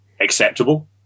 acceptable